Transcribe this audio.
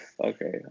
Okay